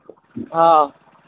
ହଁ